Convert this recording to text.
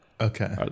Okay